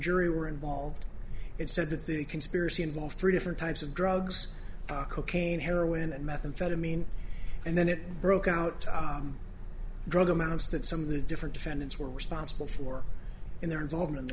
jury were involved it said that the conspiracy involved three different types of drugs cocaine heroin and methamphetamine and then it broke out drug amount of that some of the different defendants were responsible for in their involvement in the